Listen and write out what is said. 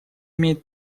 имеет